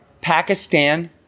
Pakistan